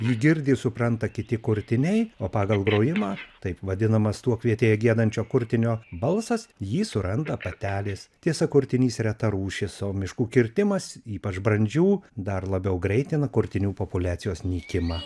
jį girdi ir supranta kiti kurtiniai o pagal grojimą taip vadinamas tuokvietėje giedančio kurtinio balsas jį suranda patelės tiesa kurtinys reta rūšis o miškų kirtimas ypač brandžių dar labiau greitina kurtinių populiacijos nykimą